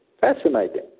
Fascinating